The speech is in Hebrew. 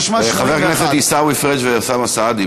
התשמ"א 1981. חברי הכנסת עיסאווי פריג' ואוסאמה סעדי,